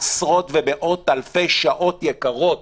עשרות ומאות אלפי שעות יקרות,